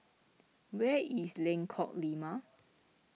where is Lengkok Lima